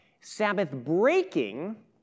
Sabbath-breaking